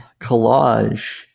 collage